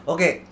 Okay